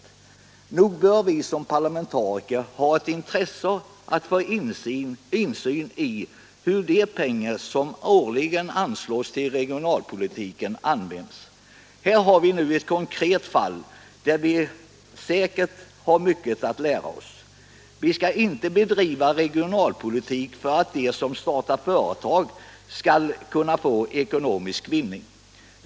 Nog bör vi som parlamentariker ha ett intresse av att få insyn i hur de pengar som årligen anslås till regionalpolitiken används. Här har vi nu ett konkret fall där vi säkert har mycket att lära. Vi skall inte bedriva regionalpolitik för att de som startat företag skall kunna få ekonomisk vinning.